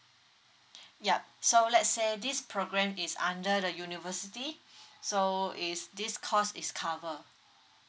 yup so let's say this program is under the university so is this cost is cover